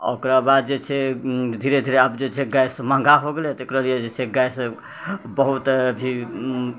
आओर ओकरा बाद जे छै धीरे धीरे आब जे छै गैस महगा हो गेलै तऽ तकरालिए गैस बहुत अभी